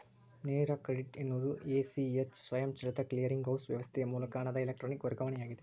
ನೇರ ಕ್ರೆಡಿಟ್ ಎನ್ನುವುದು A, C, H ಸ್ವಯಂಚಾಲಿತ ಕ್ಲಿಯರಿಂಗ್ ಹೌಸ್ ವ್ಯವಸ್ಥೆಯ ಮೂಲಕ ಹಣದ ಎಲೆಕ್ಟ್ರಾನಿಕ್ ವರ್ಗಾವಣೆಯಾಗಿದೆ